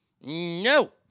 No